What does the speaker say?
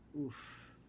Oof